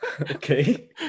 Okay